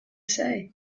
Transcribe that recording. say